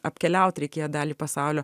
apkeliaut reikėjo dalį pasaulio